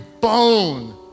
bone